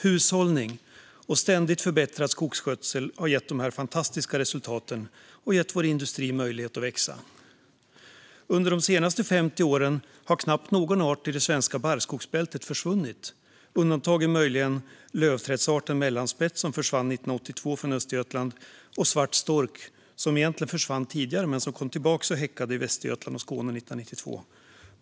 Hushållning och ständigt förbättrad skogsskötsel har gett de här fantastiska resultaten och har gett vår industri möjlighet att växa. Under de senaste 50 åren har knappt någon art i det svenska barrskogsbältet försvunnit. Undantag är möjligen lövträdsarten mellanspett, som försvann 1982 från Östergötland, och svart stork, som egentligen försvann tidigare men som kom tillbaka och häckade i Västergötland och Skåne 1992.